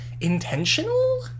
intentional